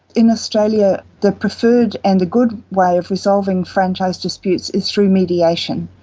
in australia the preferred and a good way of resolving franchise disputes is through mediation.